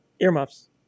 Earmuffs